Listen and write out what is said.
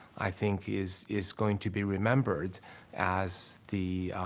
i think, is, is going to be remembered as the